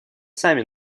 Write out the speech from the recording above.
сами